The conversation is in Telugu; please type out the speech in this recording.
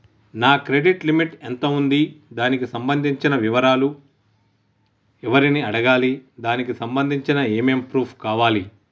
నా క్రెడిట్ లిమిట్ ఎంత ఉంది? దానికి సంబంధించిన వివరాలు ఎవరిని అడగాలి? దానికి సంబంధించిన ఏమేం ప్రూఫ్స్ కావాలి?